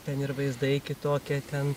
ten ir vaizdai kitokie ten